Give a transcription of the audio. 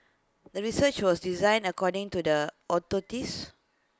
the research was designed according to the